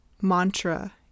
mantra